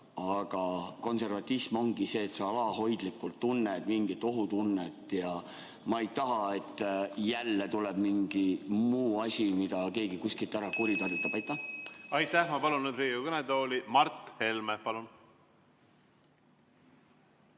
Konservatism ongi see, et sa alalhoidlikult tunned mingit ohutunnet. Ma ei taha, et jälle tuleb mingi muu asi, mida keegi kuskil kuritarvitab. Aitäh! Aitäh! Ma palun nüüd Riigikogu kõnetooli Mart Helme.